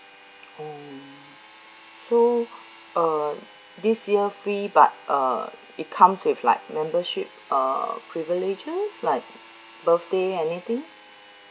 oh so uh this year free but uh it comes with like membership uh privileges like birthday anything